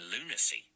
lunacy